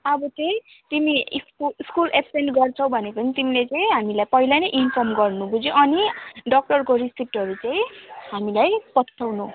अब चाहिँ तिमी स्कु स्कुल एब्सेन्ट गर्छौ भने पनि तिमीले चाहिँ हामीलाई पहिला नै इन्फर्म गर्नु बुझ्यौ अनि डक्टरको रिसिप्टहरू चाहिँ हामीलाई पठाउनु